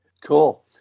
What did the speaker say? Cool